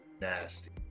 nasty